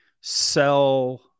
sell